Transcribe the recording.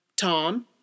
Tom